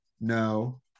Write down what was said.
no